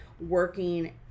working